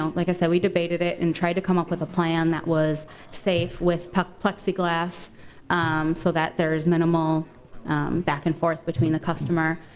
like i said, we debated it, and tried to come up with a plan that was safe, with plexiglass so that there is minimal back and forth between the customer,